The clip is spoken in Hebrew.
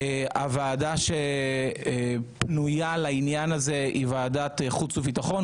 הוועדה שפנויה לעניין הזה היא ועדת החוץ והביטחון,